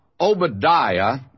Obadiah